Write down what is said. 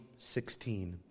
16